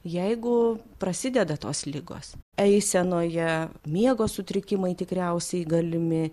jeigu prasideda tos ligos eisenoje miego sutrikimai tikriausiai galimi